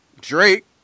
Drake